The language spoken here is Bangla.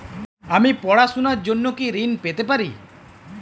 আমি পড়াশুনার জন্য কি ঋন পেতে পারি?